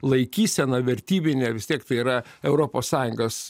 laikysena vertybinė vis tiek tai yra europos sąjungos